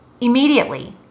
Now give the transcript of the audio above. immediately